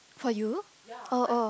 for you oh oh